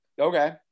Okay